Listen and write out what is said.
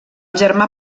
germà